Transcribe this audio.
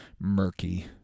murky